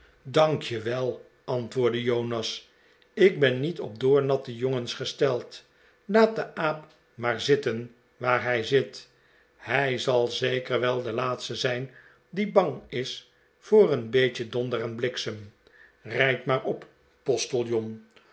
wel antwoordde jonas ik ben niet op doornatte jongens gesteld laat den aap maar zitten waar hij zit hij zal zeker wel de laatste zijn die bang is voor een beetje donder en bliksem rijd maar op